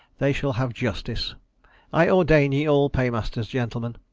they shall have justice i ordain ye all pay-masters, gentlemen.